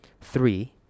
Three